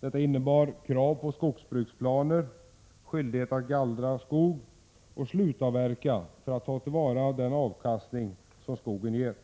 Detta innebar krav på skogsbruksplaner, skyldighet att gallra skog och slutavverka för att ta till vara den avkastning som skogen ger.